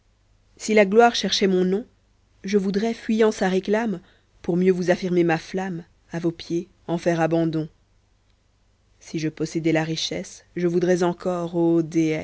si la gloire cherchait mon nom je voudrais fuyant sa réclame pour mieux vous affirmer ma flamme a vos pieds en faire abandon si je possédais la richesse je voudrais encore ô